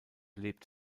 lebt